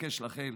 אבקש לאחל